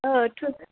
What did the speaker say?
औ थु